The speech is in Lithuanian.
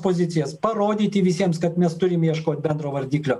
pozicijas parodyti visiems kad mes turim ieškot bendro vardiklio